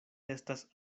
estas